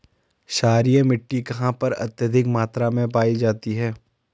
क्षारीय मिट्टी कहां पर अत्यधिक मात्रा में पाई जाती है?